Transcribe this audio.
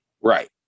Right